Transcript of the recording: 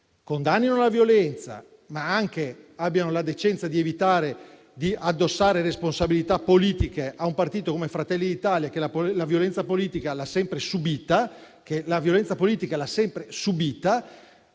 condannino la violenza, ma abbiano anche la decenza di evitare di addossare responsabilità politiche a un partito come Fratelli d'Italia, che la violenza politica l'ha sempre subita, da parte nostra aspettiamo